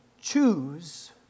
choose